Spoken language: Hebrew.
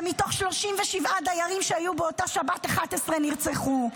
שמתוך 37 דיירים שהיו באותה שבת, 11 נרצחו?